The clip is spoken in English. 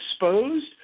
exposed